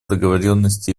договоренности